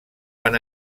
van